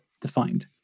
defined